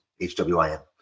HWIN